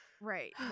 Right